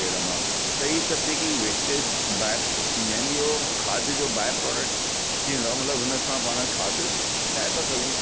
पेड़ मां त ई सभु जेकी वेस्टेज़ बाए थींदी आहे इहो खाद जो बाएप्रोडक्ट थी वेंदो आहे मतिलबु उन सां पाण खाद ठाहे था सघूं